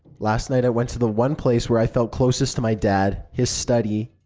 last night, i went to the one place where i felt closest to my dad his study.